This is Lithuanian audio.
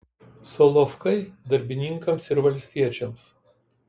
solovkai darbininkams ir valstiečiams